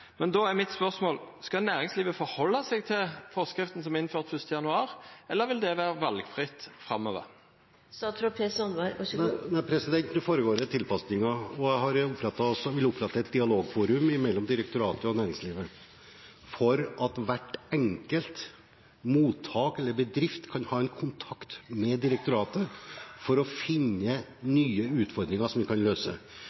er mitt spørsmål: Skal næringslivet følgja forskrifta som vart innført 1. januar, eller vil det vera valfritt framover? Nå foregår det tilpasninger, og jeg vil opprette et dialogforum mellom direktoratet og næringslivet, for at hvert enkelt mottak eller hver enkelt bedrift kan ha en kontakt med direktoratet for å finne